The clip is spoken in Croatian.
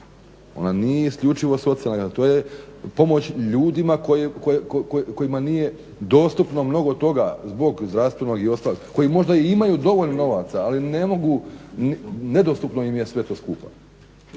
nije isključivo socijalna kategorija. To je pomoć ljudima kojima nije dostupno mnogo toga i ostalog koji možda i imaju dovoljno novaca ali ne mogu, nedostupno im je sve to skupa,